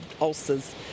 ulcers